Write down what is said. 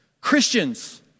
Christians